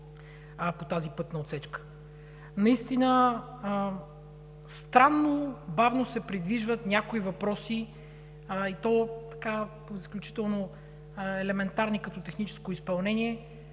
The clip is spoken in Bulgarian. по тази пътна отсечка. Наистина странно бавно се придвижват някои въпроси, и то изключително елементарни като техническо изпълнение